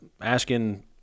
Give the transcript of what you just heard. asking